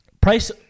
price